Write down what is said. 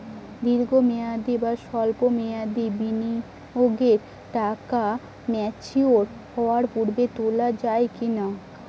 দীর্ঘ মেয়াদি বা সল্প মেয়াদি বিনিয়োগের টাকা ম্যাচিওর হওয়ার পূর্বে তোলা যাবে কি না?